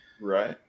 Right